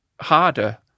harder